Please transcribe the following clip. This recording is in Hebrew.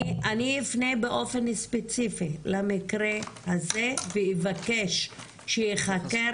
אני אפנה באופן ספציפי למקרה הזה ואבקש שייחקר